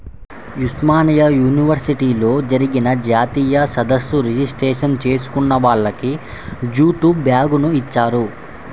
ఉస్మానియా యూనివర్సిటీలో జరిగిన జాతీయ సదస్సు రిజిస్ట్రేషన్ చేసుకున్న వాళ్లకి జూటు బ్యాగుని ఇచ్చారు